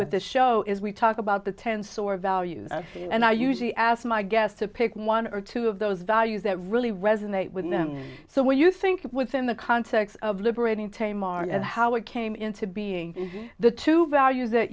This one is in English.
with this show is we talk about the tense or value and i usually ask my guest to pick one or two of those values that really resonate with them so when you think within the context of liberating time are and how it came into being the two values that